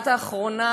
היושבת-ראש,